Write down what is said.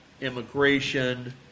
immigration